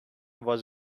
was